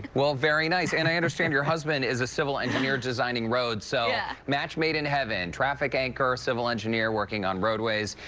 well, very nice. and i understand your husband is a civil engineer designs roads, so yeah match made in heaven, traffic anchor, civil engineer working on roadways.